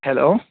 hello